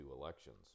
elections